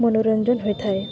ମନୋରଞ୍ଜନ ହୋଇଥାଏ